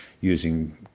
using